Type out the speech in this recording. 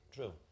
True